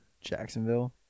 Jacksonville